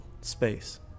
space